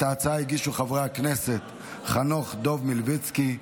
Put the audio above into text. את ההצעה הגישו חברי הכנסת חנוך דב מלביצקי,